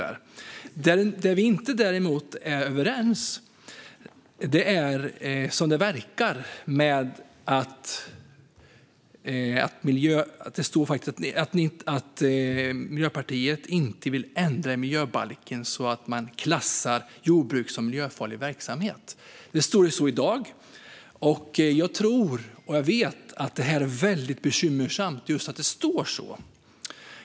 Där vi däremot inte är överens, som det verkar, gäller att Miljöpartiet inte vill ändra i miljöbalken där man klassar jordbruk som miljöfarlig verksamhet. Det står så i dag. Jag vet att det är väldigt bekymmersamt att det står så.